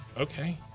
okay